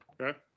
Okay